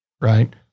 right